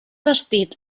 bastit